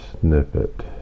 snippet